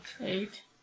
Eight